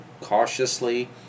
cautiously